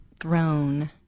throne